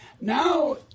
Now